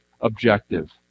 objective